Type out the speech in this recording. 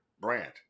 brand